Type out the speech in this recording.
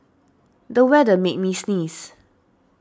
the weather made me sneeze